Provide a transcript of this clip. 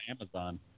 Amazon